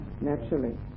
naturally